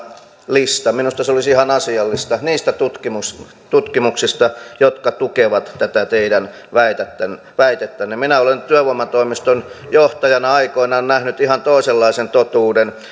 listan minusta se olisi ihan asiallista niistä tutkimuksista jotka tukevat tätä teidän väitettänne väitettänne minä olen työvoimatoimiston johtajana aikoinaan nähnyt ihan toisenlaisen totuuden